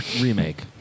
remake